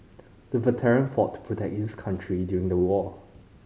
the veteran fought to protect his country during the war